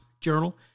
Journal